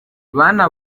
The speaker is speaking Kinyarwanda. bana